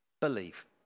believe